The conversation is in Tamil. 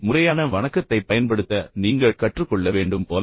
முறையான வணக்கத்தைப் பயன்படுத்த நீங்கள் கற்றுக்கொள்ள வேண்டும் போல